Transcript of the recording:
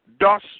thus